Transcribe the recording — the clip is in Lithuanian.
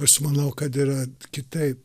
aš manau kad yra kitaip